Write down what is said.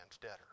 debtor